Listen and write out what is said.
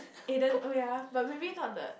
Aden oh yea but maybe not the